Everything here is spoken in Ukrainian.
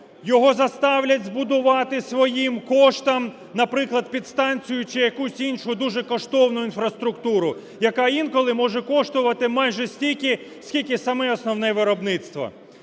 його заставлять збудувати своїм коштом, наприклад, підстанцію, чи якусь дуже коштовну інфраструктуру, яка інколи може коштувати майже стільки скільки саме основне виробництво;